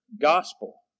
gospel